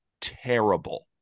terrible